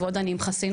ועוד אני עם חסינות.